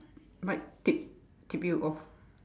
might tip tip you off